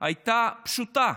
הייתה פשוטה,